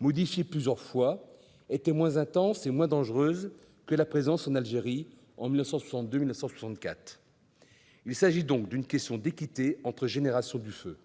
modifié plusieurs fois, étaient moins intenses et moins dangereuses que la présence en Algérie entre 1962 et 1964. Il s'agit donc d'une question d'équité entre générations du feu.